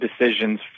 decisions